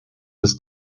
ist